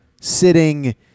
sitting